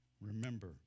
Remember